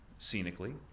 scenically